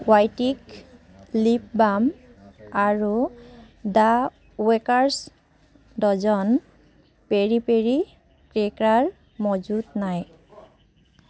Biotique lip balm আৰু the Baker's Dozen peri peri cracker মজুত নাই